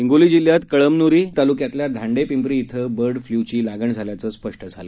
हिंगोलीजिल्ह्यातकळमन्रीताल्क्यातल्याधांडेपिंपरीइथेबर्डफ्लूचीलागणझाल्याचेस्पष्ट झाले